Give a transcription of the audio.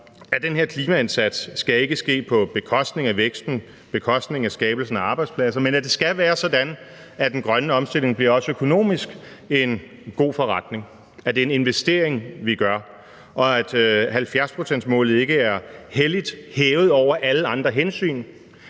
at den her klimaindsats ikke skal ske på bekostning af væksten, på bekostning af skabelsen af arbejdspladser, men at det skal være sådan, at den grønne omstilling også økonomisk bliver en god forretning, at det er en investering, vi gør, og at 70-procentsmålet ikke er helligt hævet over alle andre hensyn,